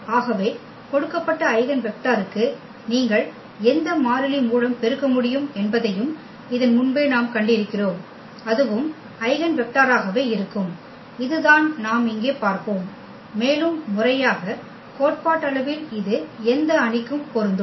ஆகவே கொடுக்கப்பட்ட ஐகென் வெக்டருக்கு நீங்கள் எந்த மாறிலி மூலம் பெருக்க முடியும் என்பதையும் இதன் முன்பே நாம் கண்டிருக்கிறோம் அதுவும் ஐகென் வெக்டராகவே இருக்கும் இதுதான் நாம் இங்கே பார்ப்போம் மேலும் முறையாக கோட்பாட்டளவில் இது எந்த அணிக்கும் பொருந்தும்